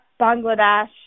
Bangladesh